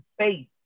space